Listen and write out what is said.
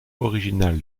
original